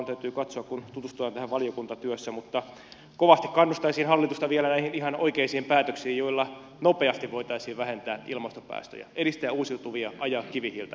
täytyy katsoa kun tutustutaan tähän valiokuntatyössä mutta kovasti kannustaisin hallitusta vielä näihin ihan oikeisiin päätöksiin joilla nopeasti voitaisiin vähentää ilmastopäästöjä edistää uusiutuvia ajaa kivihiiltä alas